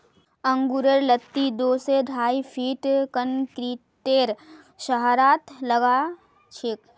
अंगूरेर लत्ती दो स ढाई फीटत कंक्रीटेर सहारात लगाछेक